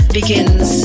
begins